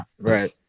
Right